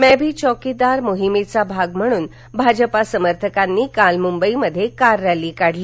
मधी चौकीदार मोहिमेचा भाग म्हणुन भाजपा समर्थकांनी काल मुंबईत कार रॅली काढली